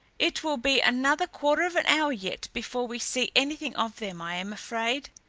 it will be another quarter of an hour yet before we see anything of them, i am afraid.